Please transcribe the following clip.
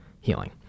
healing